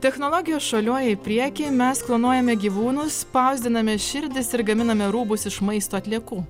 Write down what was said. technologijos šuoliuoja į priekį mes klonuojame gyvūnus spausdiname širdis ir gaminame rūbus iš maisto atliekų